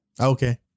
Okay